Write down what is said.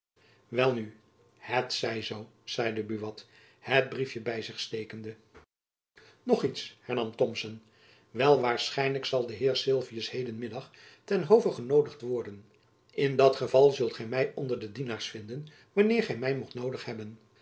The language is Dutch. is welnu het zij zoo zeide buat het briefjen by zich stekende nog iets hernam thomson wel waarschijnlijk zal de heer sylvius heden middag ten hove genoodigd worden in dat geval zult gy my onder de dienaars vinden wanneer gy my mocht noodig hebben